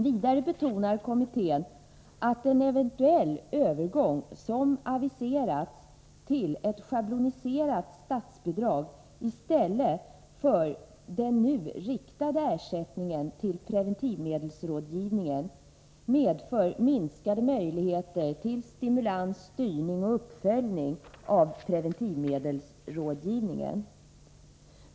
Vidare betonar kommittén att en eventuell övergång — som har aviserats— till ett schabloniserat statsbidrag i stället för den nu riktade ersättningen till preventivmedelsrådgivningen medför minskade möjligheter till stimulans, styrning och uppföljning av preventivmedelsrådgivningen.